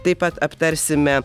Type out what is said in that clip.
taip pat aptarsime